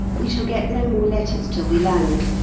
we shall get no more letters till we land.